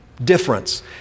difference